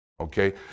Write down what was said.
Okay